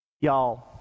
Y'all